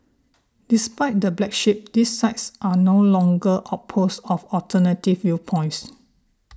despite the black sheep these sites are no longer outposts of alternative viewpoints